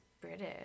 British